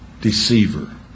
deceiver